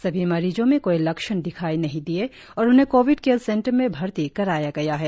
सभी मरिजों में कोई लक्षण दिखाई नहीं दिए और उन्हें कोविड केयर सेंटर भर्ती कराया गया है